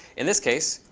in this case,